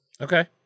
Okay